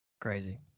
Crazy